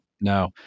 No